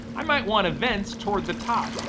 i might want events toward the top,